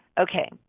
Okay